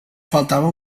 faltava